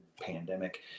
pandemic